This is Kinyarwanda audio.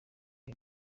iri